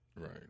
right